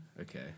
Okay